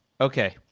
Okay